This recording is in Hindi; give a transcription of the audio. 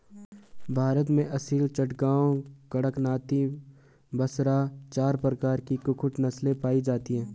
भारत में असील, चटगांव, कड़कनाथी, बसरा चार प्रकार की कुक्कुट नस्लें पाई जाती हैं